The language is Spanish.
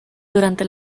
durante